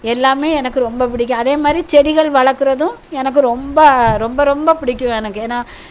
எல்லாம் எனக்கு ரொம்ப பிடிக்கும் அதே மாதிரி செடிகள் வளர்க்குறதும் எனக்கு ரொம்ப ரொம்ப ரொம்ப பிடிக்கும் எனக்கு ஏன்னா